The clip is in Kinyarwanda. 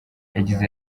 yagize